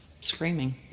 screaming